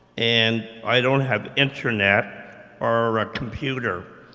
and i don't have internet or a computer.